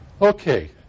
Okay